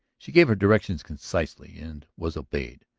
she gave her directions concisely and was obeyed.